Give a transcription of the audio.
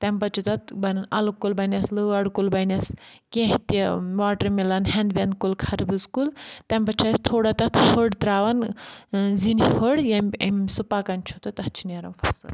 تَمہِ پَتہٕ چھِ تَتھ بَنَن اَلہٕ کُل بَنؠس لٲر کُل بَنؠس کینٛہہ تہِ واٹَر میلان ہیندوند کُل خَربُز کُل تَمہِ پَتہٕ چھُ اَسہِ تھوڑا تَتھ ہُڑ ترٛاوَان زِنہِ ہڈ ییٚمہِ امۍ سُہ پَکَان چھُ تہٕ تَتھ چھِ نیران فَصٕل